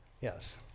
yes